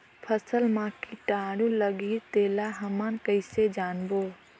फसल मा कीटाणु लगही तेला हमन कइसे जानबो?